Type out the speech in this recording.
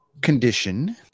condition